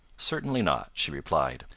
certainly not, she replied.